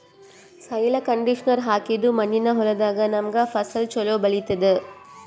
soil conditioner ಹಾಕಿದ್ದ್ ಮಣ್ಣಿನ್ ಹೊಲದಾಗ್ ನಮ್ಗ್ ಫಸಲ್ ಛಲೋ ಬೆಳಿತದ್